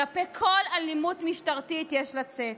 כלפי כל אלימות משטרתית יש לצאת.